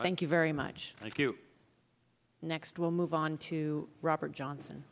thank you very much thank you next we'll move on to robert johnson